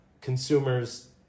consumers